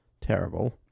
terrible